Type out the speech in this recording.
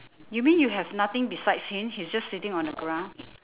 you mean you have nothing besides him he's just sitting on the ground